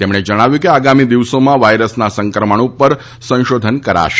તેમણે જણાવ્યું કે આગામી દિવસોમાં વાયરસના સંક્રમણ પર જ્ સંશોધન કરાશે